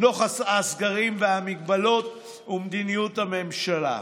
נוכח הסגרים, המגבלות ומדיניות הממשלה.